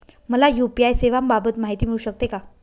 मला यू.पी.आय सेवांबाबत माहिती मिळू शकते का?